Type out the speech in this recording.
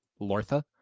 Lortha